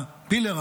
וה-pillar,